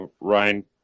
Ryan